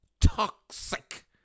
Toxic